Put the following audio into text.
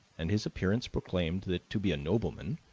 and his appearance proclaimed that to be a nobleman,